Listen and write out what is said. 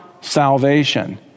salvation